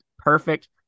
perfect